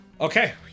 Okay